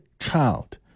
child